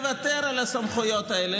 לוותר על הסמכויות האלה,